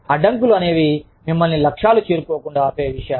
అడ్డంకులు అనేవి మిమ్మల్ని లక్ష్యాలు చేరుకోకుండా ఆపే విషయాలు